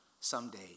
someday